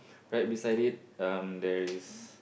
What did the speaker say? right beside it um there is